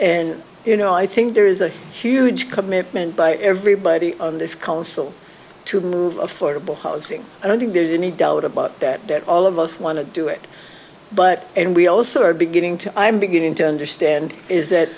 and you know i think there is a huge commitment by everybody on this council to move affordable housing i don't think there's any doubt about that that all of us want to do it but and we also are beginning to i'm beginning to understand is that